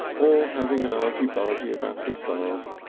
or having an argy bargy about the stars,